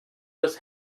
was